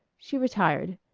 she retired.